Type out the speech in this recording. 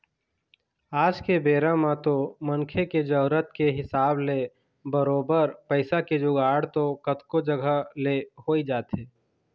आज के बेरा म तो मनखे के जरुरत के हिसाब ले बरोबर पइसा के जुगाड़ तो कतको जघा ले होइ जाथे